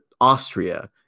Austria